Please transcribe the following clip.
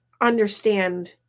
understand